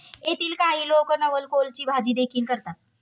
येथील काही लोक नवलकोलची भाजीदेखील करतात